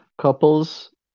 couples